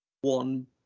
one